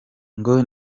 ngo